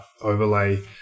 overlay